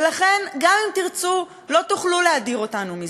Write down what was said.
ולכן, גם אם תרצו, לא תוכלו להדיר אותנו מזה.